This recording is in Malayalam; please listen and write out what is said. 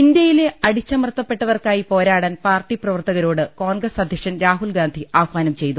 ഇന്ത്യയിലെ അടിച്ചമർത്തപ്പെട്ടവർക്കായി പോരാടാൻ പാർട്ടി പ്രവർത്തകരോട് കോൺഗ്രസ് അധ്യക്ഷൻ രാഹുൽ ഗാന്ധി ആഹാനം ചെയ്തു